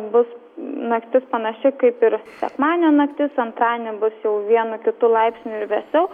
bus naktis panaši kaip ir sekmadienio naktis antradienį bus jau vienu kitu laipsniu vėsiau